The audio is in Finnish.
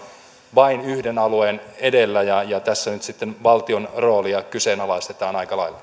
vain yhden alueen edellä ja tässä nyt sitten valtion roolia kyseenalaistetaan